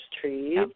trees